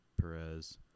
Perez